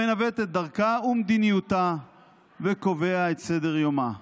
המנווט את דרכה ומדיניותה וקובע את סדר-יומה.